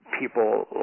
people